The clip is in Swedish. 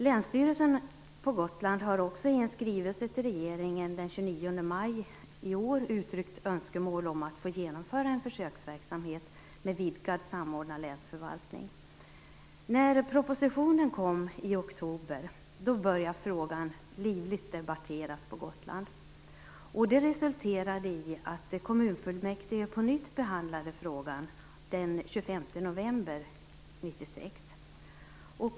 Länsstyrelsen i Gotlands län har också i en skrivelse till regeringen den 29 maj i år uttryckt önskemål om att få genomföra en försöksverksamhet med vidgad samordnad länsförvaltning. När propositionen kom i oktober började frågan debatteras livligt på Gotland. Det resulterade i att kommunfullmäktige på nytt behandlade frågan den 25 november 1996.